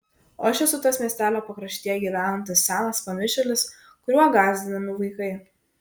o aš esu tas miestelio pakraštyje gyvenantis senas pamišėlis kuriuo gąsdinami vaikai